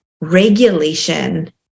regulation